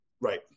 Right